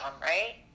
right